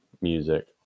music